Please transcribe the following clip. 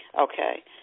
Okay